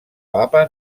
papa